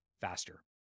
faster